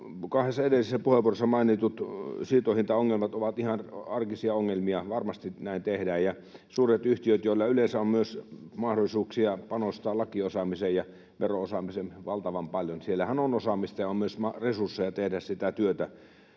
kahdessa edellisessä puheenvuorossa mainitut siirtohintaongelmat ovat ihan arkisia ongelmia. Varmasti näin tehdään, ja suurilla yhtiöillä yleensä on myös mahdollisuuksia panostaa lakiosaamiseen ja vero-osaamiseen valtavan paljon. Siellähän on osaamista ja on myös resursseja tehdä sitä työtä,